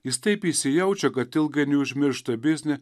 jis taip įsijaučia kad ilgainiui užmiršta biznį